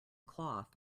cloth